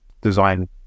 design